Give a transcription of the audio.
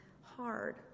hard